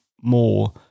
more